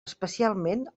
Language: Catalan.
especialment